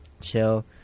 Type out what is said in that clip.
chill